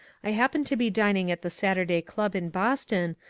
i happened to be dining at the saturday club in boston,